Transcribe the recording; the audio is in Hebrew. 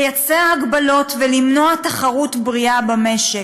לייצר הגבלות ולמנוע תחרות בריאה במשק.